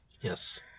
Yes